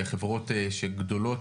בחברות שגדולות